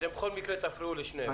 אתם בכל מקרה תפריעו לשניהם.